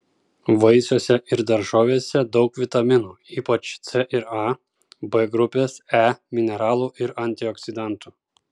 vaisiuose ir daržovėse daug vitaminų ypač c ir a b grupės e mineralų ir antioksidantų